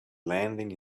landing